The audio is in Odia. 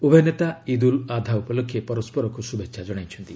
ଉଭୟ ନେତା ଇଦ୍ ଉଲ୍ ଆଧା ଉପଲକ୍ଷେ ପରସ୍କରକୁ ଶୁଭେଚ୍ଛା ଜଣାଇଚ୍ଛନ୍ତି